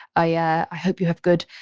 i yeah i hope you have good,